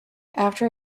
after